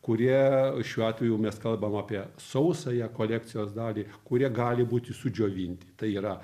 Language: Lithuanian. kurie šiuo atveju mes kalbam apie sausąją kolekcijos dalį kurie gali būti sudžiovinti tai yra